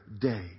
day